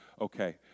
okay